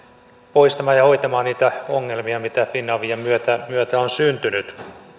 poistamaan ja hoitamaan niitä ongelmia mitä finavian myötä myötä on syntynyt